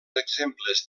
exemples